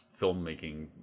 filmmaking